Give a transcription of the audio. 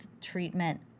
treatment